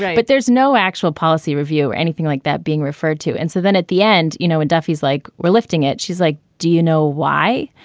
but there's no actual policy review or anything like that being referred to. and so then at the end, you know, a duffy's like we're lifting it. she's like, do you know why?